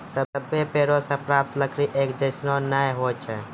सभ्भे पेड़ों सें प्राप्त लकड़ी एक जैसन नै होय छै